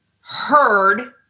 heard